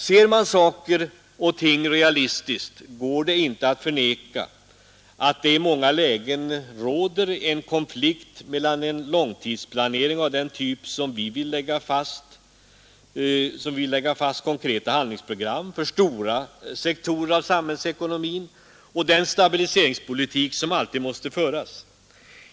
Ser man saker och ting realistiskt går det inte att förneka, att det i många lägen råder en konflikt mellan en långtidsplanering av den typ som vi vill lägga fast i konkreta handlingsprogram för stora sektorer av samhällsekonomin och den stabiliseringspolitik som alltid måste föras.